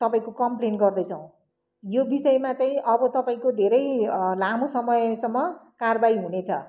तपाईँको कम्प्लेन गर्दैछौँ यो विषयमा चाहिँ अब तपाईँको धेरै लामो समयसम्म कार्वाही हुनेछ